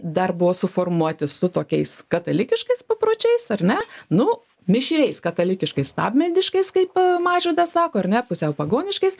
dar buvo suformuoti su tokiais katalikiškais papročiais ar ne nu mišriais katalikiškais stabmeldiškais kaip mažvydas sako ar ne pusiau pagoniškais